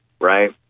right